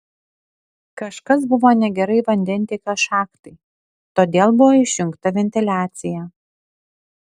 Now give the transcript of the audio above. kažkas buvo negerai vandentiekio šachtai todėl buvo išjungta ventiliacija